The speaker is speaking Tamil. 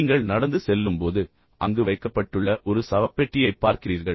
நீங்கள் நடந்து செல்லும்போது அங்கு வைக்கப்பட்டுள்ள ஒரு சவப்பெட்டியைப் பார்க்கிறீர்கள்